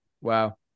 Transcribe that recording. Wow